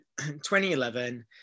2011